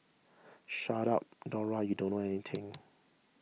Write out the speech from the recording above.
shut up Dora you don't know anything